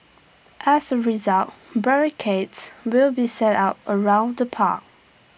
as A result barricades will be set up around the park